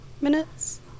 minutes